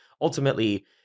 ultimately